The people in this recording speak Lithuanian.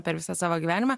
per visą savo gyvenimą